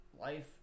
life